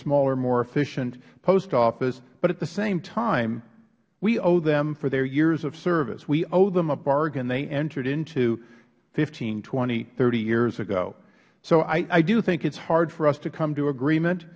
smaller more efficient post office but at the same time we owe them for their years of service we owe them a bargain they entered into fifteen twenty thirty years ago so i do think it is hard for us to come to agreement